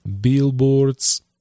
billboards